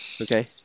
Okay